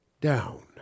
down